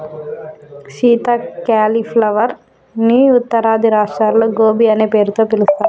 సీత క్యాలీఫ్లవర్ ని ఉత్తరాది రాష్ట్రాల్లో గోబీ అనే పేరుతో పిలుస్తారు